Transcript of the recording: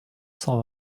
cent